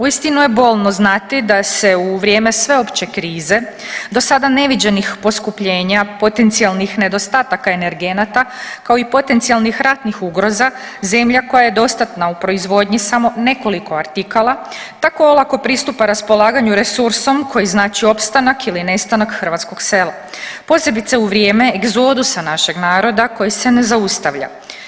Uistinu je bolno znati da se u vrijeme sveopće krize, dosada neviđenih poskupljenja potencijalnih nedostataka energenata kao i potencijalnih ratnih ugroza zemlja koja je dostatna u proizvodnji samo nekoliko artikala tako olako pristupa raspolaganju resursom koji znači opstanak ili nestanak hrvatskog sela posebice u vrijeme egzodusa našeg naroda koji se ne zaustavlja.